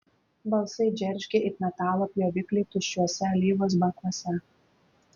balsai džeržgė it metalo pjovikliai tuščiuose alyvos bakuose